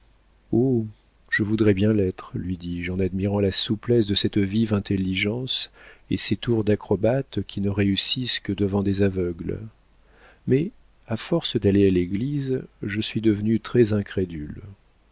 oh je voudrais bien l'être lui dis-je en admirant la souplesse de cette vive intelligence et ces tours d'acrobates qui ne réussissent que devant des aveugles mais à force d'aller à l'église je suis devenu très incrédule